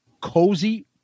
Cozy